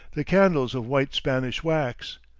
the candles of white spanish wax,